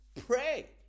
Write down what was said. Pray